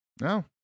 No